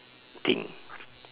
thing